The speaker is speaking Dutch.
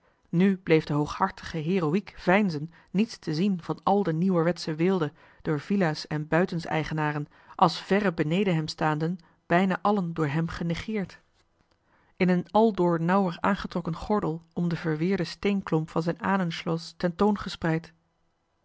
nu bleef de hooghartige heldhaftig veinzen niets te zien van al de nieuwerwetsche weelde door villa's en buitens eigenaren als verre beneden hem staanden bijna allen door hem genegeerd in een aldoor nauwer aangetrokken gordel om den verweerden steenklomp van zijn ahnenschloss tentoongespreid ga